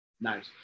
Nice